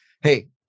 hey